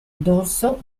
dorso